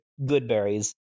goodberries